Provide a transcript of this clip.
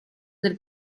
del